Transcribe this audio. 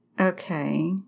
okay